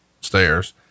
stairs